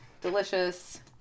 delicious